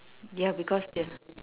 ya because they're